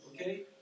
okay